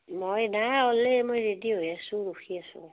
মই নাই অ'লে মই ৰেডি হৈ আছোঁ ৰখি আছোঁ